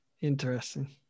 Interesting